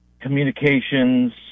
communications